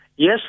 Yes